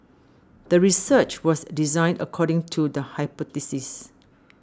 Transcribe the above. the research was designed according to the hypothesis